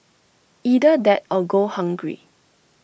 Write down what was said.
either that or go hungry